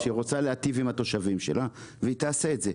שרוצה להיטיב עם התושבים שלה והיא תעשה את זה.